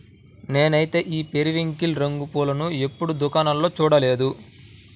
నేనైతే ఈ పెరివింకిల్ రంగు పూలను ఎప్పుడు పూల దుకాణాల్లో చూడలేదు